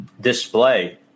display